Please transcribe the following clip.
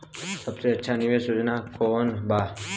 सबसे अच्छा निवेस योजना कोवन बा?